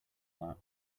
that